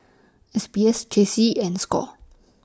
S B S J C and SCORE